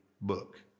book